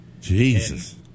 Jesus